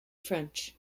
french